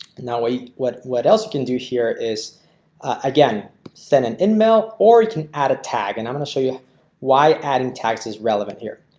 now. wait, what what else we can do here is again send an and e-mail or you can add a tag and i'm going to show you why adding tags is relevant here.